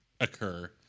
occur